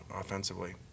offensively